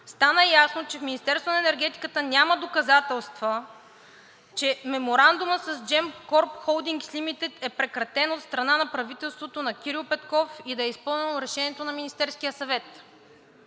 стана ясно, че в Министерството на енергетиката няма доказателства Меморандумът с Gemcorp Holdings Limited да е прекратен от страна на правителството на Кирил Петков и да е изпълнено Решението на Министерския съвет.